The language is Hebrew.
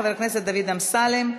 חבר הכנסת דוד אמסלם,